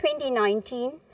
2019